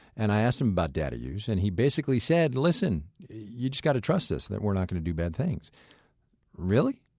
and i asked him about data use and he basically said, listen you just got to trust us that we're not going to do bad things really?